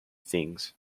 things